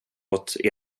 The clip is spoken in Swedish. fått